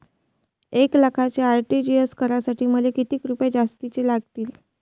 एक लाखाचे आर.टी.जी.एस करासाठी मले कितीक रुपये जास्तीचे लागतीनं?